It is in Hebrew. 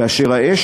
כאשר האש,